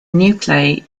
nuclei